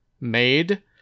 made